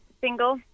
single